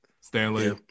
Stanley